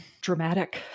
dramatic